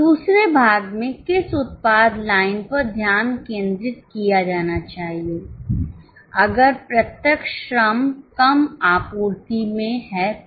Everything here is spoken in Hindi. दूसरे भाग में किस उत्पाद लाइन पर ध्यान केंद्रित किया जाना चाहिए अगर प्रत्यक्ष श्रम कम आपूर्ति में है तो